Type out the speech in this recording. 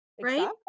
right